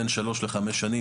בין שלוש לחמש שנים,